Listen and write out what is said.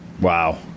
Wow